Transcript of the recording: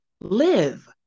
Live